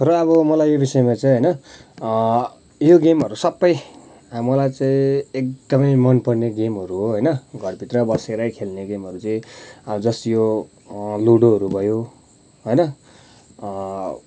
र अब मलाई यो विषयमा चाहिँ होइन यो गेमहरूसबै मलाई चाहिँ एकदमै मन पर्ने गेमहरू हो होइन घरभित्र बसेरै खेल्ने गेमहरू चाहिँ जस्ट यो लुडोहरू भयो होइन